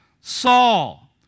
Saul